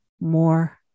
more